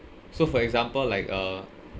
so for example like uh